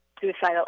suicidal